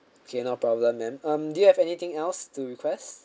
okay no problem ma'am um do you have anything else to request